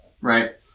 right